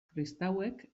kristauek